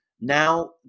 now